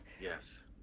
yes